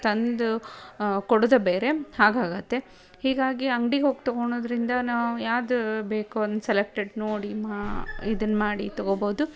ತಂದು ಕೊಡುವುದೇ ಬೇರೆ ಹಾಗಾಗುತ್ತೆ ಹೀಗಾಗಿ ಅಂಗ್ಡಿಗೆ ಹೋಗೇ ತಗೊಳೋದ್ರಿಂದ ನಾವು ಯಾವ್ದು ಬೇಕೋ ಅದ್ನ ಸೆಲೆಕ್ಟೆಡ್ ನೋಡಿ ಮಾ ಇದನ್ನು ಮಾಡಿ ತಗೊಬೋದು